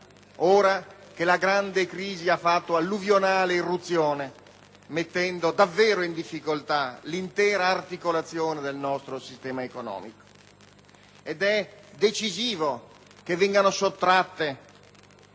ora che la grande crisi ha fatto alluvionale irruzione mettendo davvero in difficoltà l'intera articolazione del nostro sistema economico. È decisivo che vengano sottratte